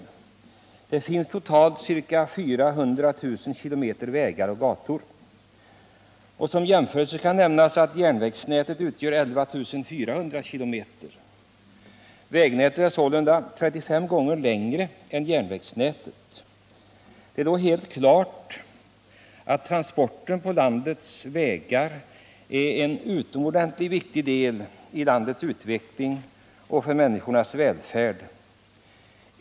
I vårt land finns totalt ca 400 000 kilometer vägar och gator. Som jämförelse kan nämnas att järn vägsnätet utgör 11400 kilometer. Vägnätet är sålunda 35 gånger längre än järnvägsnätet. Det är då helt klart att transporten på landets vägar är utomordentligt viktig för landets utveckling och för människornas välfärd.